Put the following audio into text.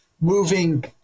moving